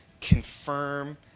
confirm